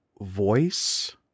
voice